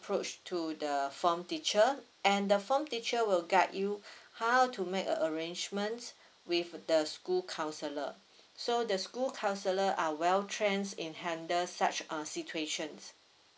approach to the form teacher and the form teacher will guide you how to make a arrangements with the school counsellor so the school counsellor are well trained in handles such err situation